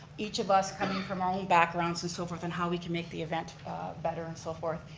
each of us coming from our own backgrounds, and so forth and how we can make the event better and so forth.